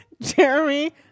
Jeremy